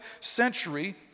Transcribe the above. century